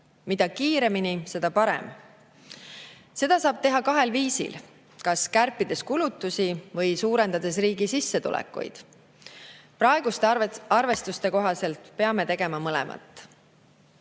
Mida kiiremini, seda parem. Seda saab teha kahel viisil: kas kärpides kulutusi või suurendades riigi sissetulekuid. Praeguste arvestuste kohaselt peame tegema mõlemat.